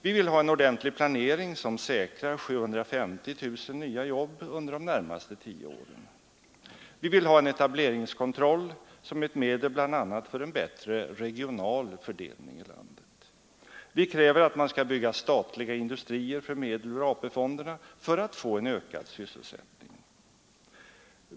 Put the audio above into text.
Vi vill ha en ordentlig planering som säkrar 750 000 nya jobb under de närmaste tio åren. Vi vill ha en etableringskontroll som ett medel bl.a. för en bättre regional fördelning i landet. Vi kräver att man skall bygga statliga industrier för medel ur AP-fonderna för att få en ökad sysselsättning.